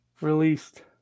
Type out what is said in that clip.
released